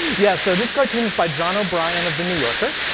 yeah, so this cartoon is by john o'brien of the new yorker,